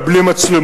רק בלי מצלמות.